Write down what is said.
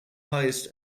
highest